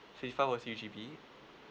fifty five for three G_B